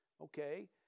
okay